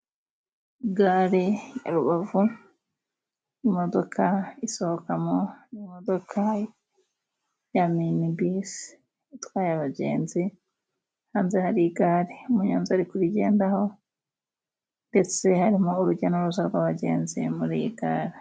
Gare ya Rubavu imodoka isohoka mo ni imodoka ya minibisi. Itwaye abagenzi hanze hari igare umunyonzi ari kurigendaho, ndetse harimo urujya n'uruza rw'abagenzi muri iyi gare.